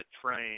train